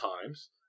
times